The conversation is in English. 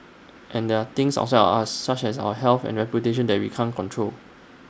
and there are things outside of us such as our health and reputation that we can't control